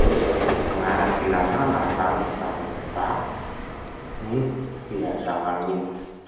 Magnaraky lalàna va gny fanovà gny fihazàgnan'olo?